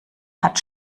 hat